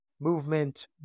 movement